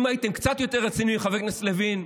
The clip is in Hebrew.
אם הייתם קצת יותר רציניים, חבר הכנסת לוין,